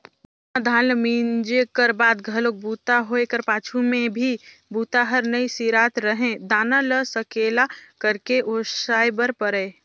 बेलन म धान ल मिंजे कर बाद घलोक बूता होए कर पाछू में भी बूता हर नइ सिरात रहें दाना ल सकेला करके ओसाय बर परय